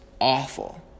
awful